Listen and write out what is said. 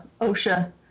OSHA